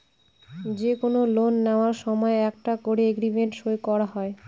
যে কোনো লোন নেওয়ার সময় একটা করে এগ্রিমেন্ট সই করা হয়